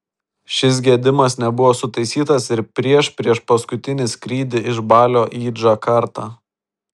šis gedimas nebuvo sutaisytas ir prieš priešpaskutinį skrydį iš balio į džakartą